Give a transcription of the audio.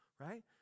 Right